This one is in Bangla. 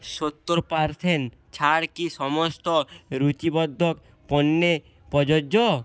সত্তর পার্সেন্ট ছাড় কি সমস্ত রুচিবর্ধক পণ্যে প্রযোজ্য